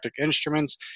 instruments